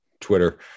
Twitter